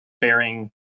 bearing